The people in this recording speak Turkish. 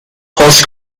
hoş